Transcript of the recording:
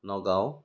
Nagaon